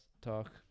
talk